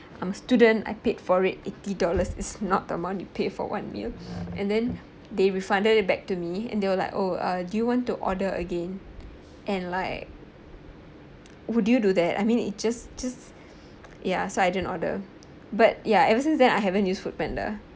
I'm a student I paid for it eighty dollars is not the amount you pay for one meal and then they refunded it back to me and they were like oh do you want to order again and like would you do that I mean it just just ya so I didn't order but ya ever since then I haven't use Foodpanda